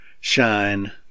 shine